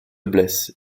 blesse